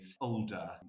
older